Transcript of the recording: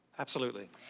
absolutely.